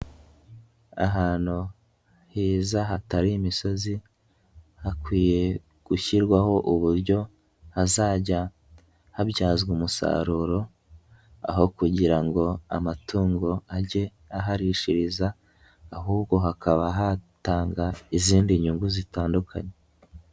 Ahantu heza hatari imisozi hakwiye gushyirwaho uburyo hazajya habyazwa umusaruro, aho kugira ngo amatungo ajye aharishiriza, ahubwo hakaba hatanga izindi nyungu zitandukanye.